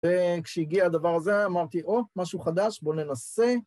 וכשהגיע הדבר הזה אמרתי, או, משהו חדש, בואו ננסה.